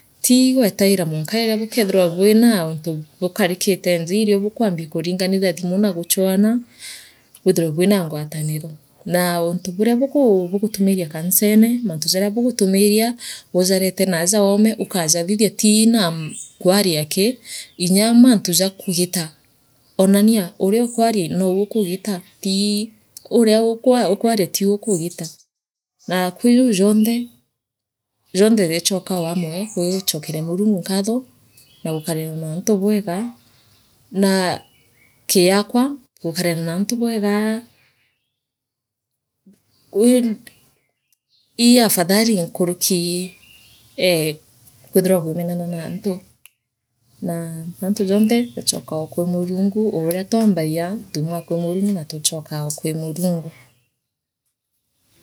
Tii gwetaira mwanka riria bukeethira bwina antu bukarikite njaa irio bukwenda kuriinganire thimu na guchwaana bwithorwe bwina ngwataniro naa untu buria buku bugutumiiria kanisene mantu jaria buguutumiria bujamite naaja oome bukajathithie tii naa kwariaki nya mantu ja kugiita oonania uriauria ukwama no nou ukugiita tii uria ukwa ukwaria tiu ukuguta naa kwi jau jnthe jonthe jeechoka oo amwe kwi guchokeria Murungu nkatho na gukarania naantu bwega iu ii afadhali nkuruki ee kwithirwa bwiimenana naantu naa mantu jonthe jaachokaa oo kwi Murungu ou uria twaambagia tuumaa kwi Murungu na tuchokaa oo kwi Murungu.